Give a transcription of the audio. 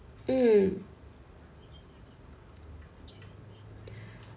mm